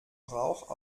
rauch